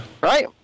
Right